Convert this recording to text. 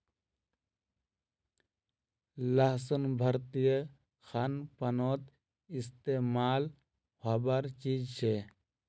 लहसुन भारतीय खान पानोत इस्तेमाल होबार चीज छे